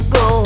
go